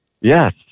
Yes